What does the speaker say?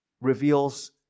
reveals